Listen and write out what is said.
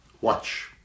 Watch